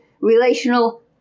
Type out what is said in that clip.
relational